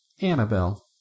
Annabelle